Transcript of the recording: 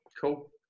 Cool